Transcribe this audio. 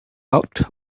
out